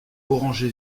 orangé